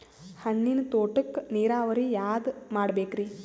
ಹಣ್ಣಿನ್ ತೋಟಕ್ಕ ನೀರಾವರಿ ಯಾದ ಮಾಡಬೇಕ್ರಿ?